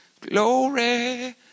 glory